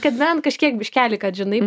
kad bent kažkiek biškelį kad žinai